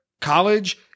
college